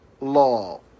law